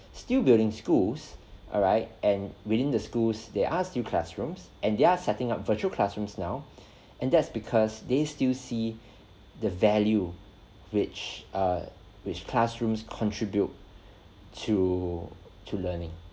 still building schools alright and within the schools they are still classrooms and they're setting up virtual classrooms now and that's because they still see the value which uh which classrooms contribute to to learning